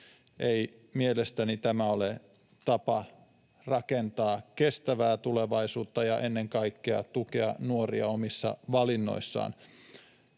Mielestäni tämä ei ole tapa rakentaa kestävää tulevaisuutta ja ennen kaikkea tukea nuoria omissa valinnoissaan.